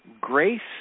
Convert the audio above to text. Grace